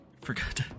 Forgot